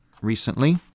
recently